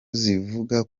zivuga